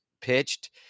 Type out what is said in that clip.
pitched